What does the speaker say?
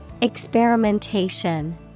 Experimentation